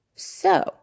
So